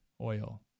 oil